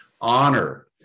honor